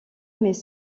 mais